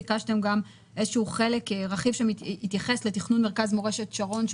ביקשתם גם רכיב שהתייחס לתכנון מרכז מורשת שרון,